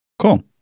Cool